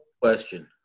question